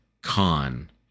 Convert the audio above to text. con